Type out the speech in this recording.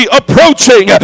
approaching